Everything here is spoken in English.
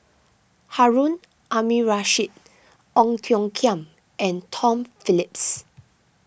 Harun Aminurrashid Ong Tiong Khiam and Tom Phillips